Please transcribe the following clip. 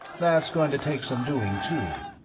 that's going to take some doing, too.